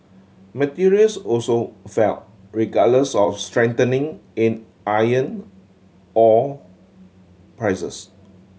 materials also fell regardless of strengthening in iron ore prices